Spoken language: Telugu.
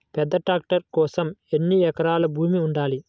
పెద్ద ట్రాక్టర్ కోసం ఎన్ని ఎకరాల భూమి ఉండాలి?